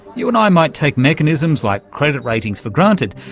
you and i might take mechanisms like credit ratings for granted,